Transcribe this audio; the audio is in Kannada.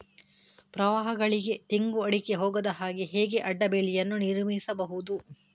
ಪ್ರವಾಹಗಳಿಗೆ ತೆಂಗು, ಅಡಿಕೆ ಹೋಗದ ಹಾಗೆ ಹೇಗೆ ಅಡ್ಡ ಬೇಲಿಯನ್ನು ನಿರ್ಮಿಸಬಹುದು?